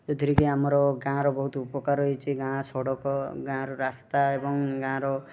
ଯେଉଁଥିରେ କି ଆମର ଗାଁର ବହୁତ ଉପକାର ହେଇଛି ଗାଁ ସଡ଼କ ଗାଁର ରାସ୍ତା ଏବଂ ଗାଁର